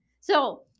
So-